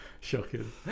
shocking